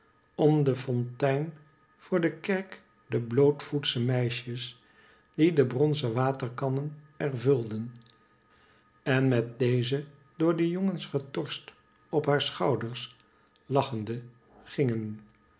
om de fontein voor de kerk de blootvoetsche meisjes die de bronzen waterkannen er vulden en met deze door de jongens getorst op haar schouders lachende gingen